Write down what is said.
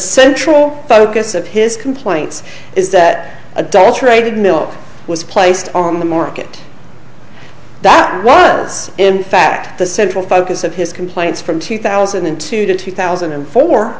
central focus of his complaints is that adulterated milk was placed on the market that was in fact the central focus of his complaints from two thousand and two to two thousand and four